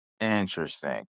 Interesting